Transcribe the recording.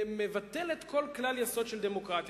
ומבטלת כל כלל יסוד של דמוקרטיה.